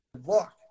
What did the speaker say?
look